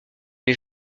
les